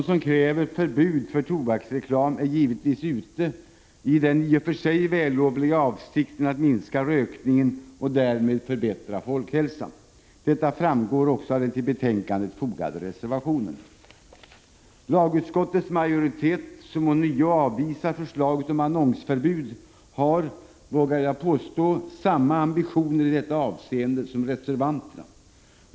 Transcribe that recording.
De som kräver förbud mot tobaksreklam är givetvis ute i den i och för sig vällovliga avsikten att minska rökningen och därmed förbättra folkhälsan. Detta framgår också av den vid betänkandet fogade reservationen. Lagutskottets majoritet, som ånyo avstyrker förslaget om annonsförbud, har vågar jag påstå samma ambitioner i detta avseende som reservanterna.